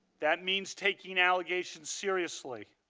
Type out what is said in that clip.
that means taking allegation seriously.